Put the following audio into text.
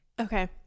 okay